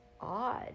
odd